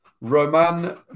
Roman